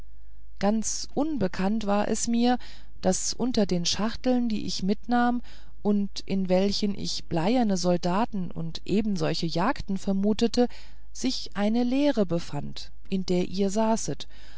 ganz unbekannt war es mir daß unter den schachteln die ich mitnahm und in welchen ich bleierne soldaten und ebensolche jagden vermutete sich eine leere befand in der ihr saßet